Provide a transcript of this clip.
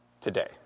today